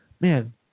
man